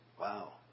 Wow